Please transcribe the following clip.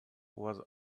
was